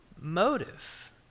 motive